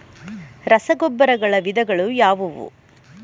ರಸಗೊಬ್ಬರಗಳ ವಿಧಗಳು ಯಾವುವು?